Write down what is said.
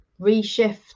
reshift